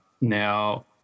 Now